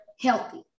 Healthy